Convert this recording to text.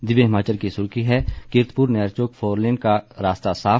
दिव्य हिमाचल की सुर्खी है कीरतपुर नैरचौक फोरलेन का रास्ता साफ